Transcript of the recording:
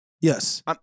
yes